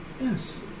Yes